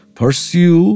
pursue